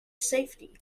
safety